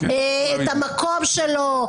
את המקום שלו,